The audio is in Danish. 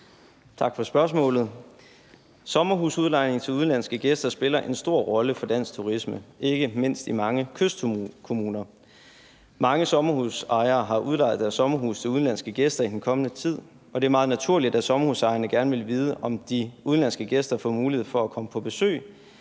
Tak for spørgsmålet. Sommerhusudlejning til udenlandske gæster spiller en stor rolle for dansk turisme, ikke mindst i mange kystkommuner. Mange sommerhusejere har udlejet deres sommerhuse til udenlandske gæster i den kommende tid, og det er meget naturligt, at sommerhusejerne gerne vil vide, om de udenlandske gæster får mulighed for at komme på besøg,